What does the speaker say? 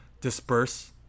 disperse